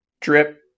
drip